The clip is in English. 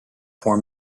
for